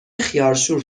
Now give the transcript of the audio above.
خیارشور